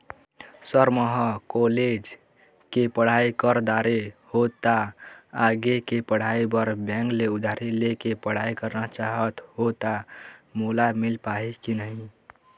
Sir म ह college के पढ़ाई कर दारें हों ता आगे के पढ़ाई बर बैंक ले उधारी ले के पढ़ाई करना चाहत हों ता मोला मील पाही की नहीं?